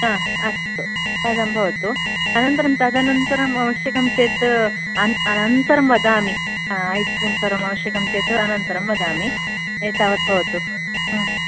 हा अस्तु बादाम् भवतु अनन्तरं तदनन्तरम् आवश्यकं चेत् अन् अनन्तरं वदामि ऐस् क्रीम् सर्वम् आवश्यकं चेत् अनन्तरं वदामि एतावद् भवतु